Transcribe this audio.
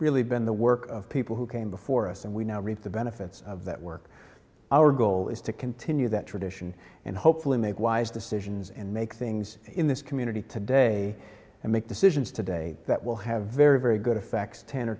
really been the work of people who came before us and we now reap the benefits of that work our goal is to continue that tradition and hopefully make wise decisions and make things in this community today and make decisions today that will have very very good effects ten or